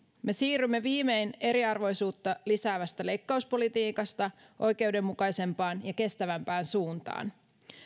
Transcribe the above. me siirrymme viimein eriarvoisuutta lisäävästä leikkauspolitiikasta oikeudenmukaisempaan ja kestävämpään suuntaan